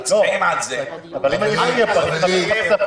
אם אני לא אהיה כאן,